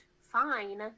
fine